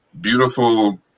beautiful